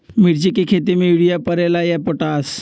मिर्ची के खेती में यूरिया परेला या पोटाश?